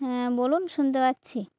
হ্যাঁ বলুন শুনতে পাচ্ছি